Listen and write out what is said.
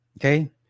Okay